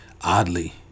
Oddly